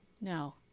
no